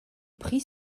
prit